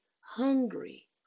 hungry